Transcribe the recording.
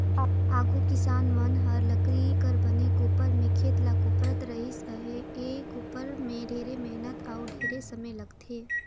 आघु किसान मन हर लकरी कर बने कोपर में खेत ल कोपरत रिहिस अहे, ए कोपर में ढेरे मेहनत अउ ढेरे समे लगथे